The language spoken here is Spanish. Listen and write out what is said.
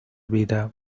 vida